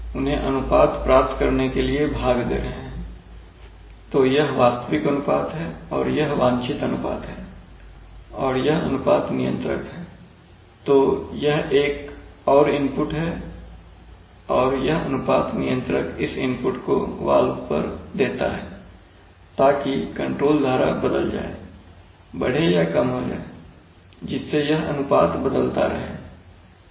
तो यहां हम उन्हें अनुपात प्राप्त करने के लिए भाग दे रहे हैं तो यह वास्तविक अनुपात है और यह वांछित अनुपात हैं और यह अनुपात नियंत्रक है तो यह एक और इनपुट है और यह अनुपात नियंत्रक इस इनपुट को वाल्व पर देता है ताकि कंट्रोल धारा बदल जाए बढ़े या कम हो जाए जिससे यह अनुपात बदलता रहेगा